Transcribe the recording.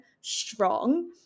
strong